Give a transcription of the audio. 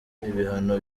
ibihano